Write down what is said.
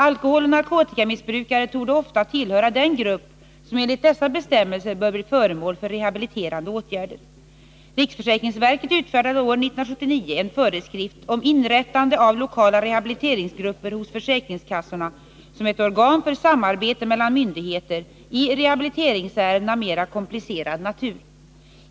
Alkoholoch narkotikamissbrukare torde ofta tillhöra den grupp som enligt dessa bestämmelser bör bli föremål för rehabiliterande åtgärder. Riksförsäkringsverket utfärdade år 1979 en föreskrift om inrättande av lokala rehabiliteringsgrupper hos försäkringskassorna som ett organ för samarbete mellan myndigheter i rehabiliteringsärenden av mera komplicerad natur.